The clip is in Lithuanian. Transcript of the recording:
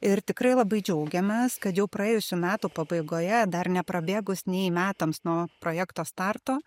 ir tikrai labai džiaugiamės kad jau praėjusių metų pabaigoje dar neprabėgus nei metams nuo projekto starto